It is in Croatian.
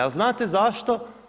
A znate zašto?